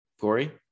Corey